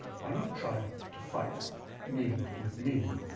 why not try to fight meme with meme?